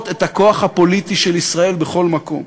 את הכוח הפוליטי של ישראל בכל מקום.